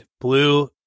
Blue